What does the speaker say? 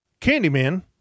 Candyman